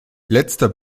letzter